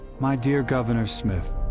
my dear governor smith,